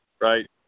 Right